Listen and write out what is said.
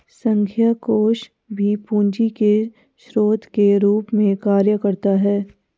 संघीय कोष भी पूंजी के स्रोत के रूप में कार्य करता है